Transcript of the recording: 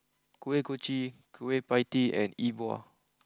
Kuih Kochi Kueh Pie Tee and E Bua